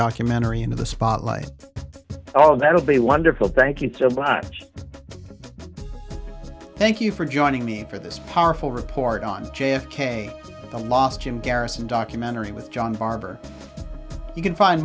documentary into the spotlight all that will be wonderful thank you so much thank you for joining me for this powerful report on j f k the last jim garrison documentary with john barber you can find